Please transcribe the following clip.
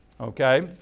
okay